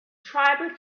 tribal